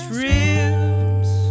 ribs